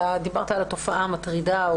דיברת על התופעה המטרידה,